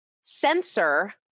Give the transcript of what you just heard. censor